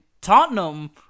Tottenham